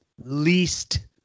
least